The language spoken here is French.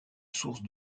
source